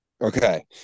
Okay